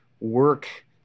work